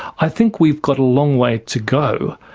i think we've got a long way to go,